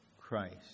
Christ